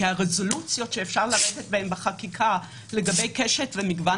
כי הרזולוציות שאפשר לרדת בהן בחקיקה לגבי מגוון